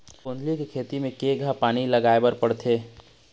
गोंदली के खेती म केघा पानी धराए बर लागथे?